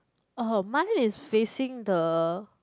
mmhmm mine is facing the